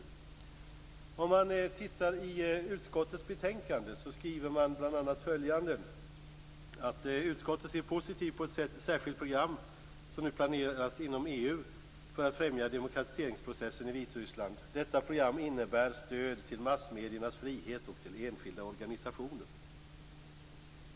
Utskottet skriver i sitt betänkande bl.a. att man ser positivt på att ett särskilt program nu planeras inom EU för att främja demokratiseringsprocessen i Vitryssland. Detta program innebär stöd till massmediernas frihet och till enskilda organisationer.